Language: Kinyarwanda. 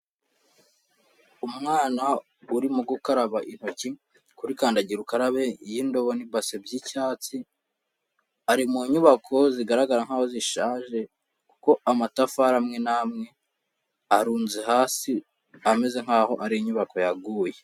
Umwana urimo gukaraba intoki kuri kandagira ukarabe y'indobo n'ibase by'icyatsi, ari mu nyubako zigaragara nkaho zishaje kuko amatafari amwe n'amwe arunze hasi, ameze nkaho ari inyubako yaguye.